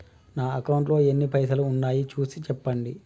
నా అకౌంట్లో ఎన్ని పైసలు ఉన్నాయి చూసి చెప్పండి?